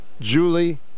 Julie